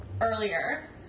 earlier